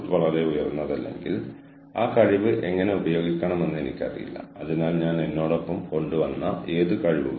സുസ്ഥിരതയുടെ മാനദണ്ഡ വ്യാഖ്യാനങ്ങളുടെ മാനദണ്ഡ പ്രകാരമുള്ള വ്യക്തിഗത ഫലങ്ങൾ ക്ഷേമം ജീവിത നിലവാരം സ്വത്വബോധം എന്നിവയാണ്